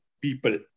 people